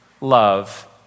love